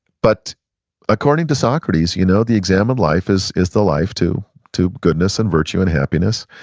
but according to socrates you know the examined life is is the life to to goodness and virtue and happiness,